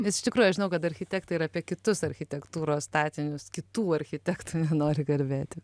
nes iš tikrųjų aš žinau kad architektai ir apie kitus architektūros statinius kitų architektų nori kalbėti